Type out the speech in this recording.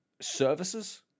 Services